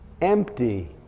empty